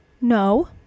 No